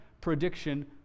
prediction